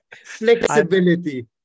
Flexibility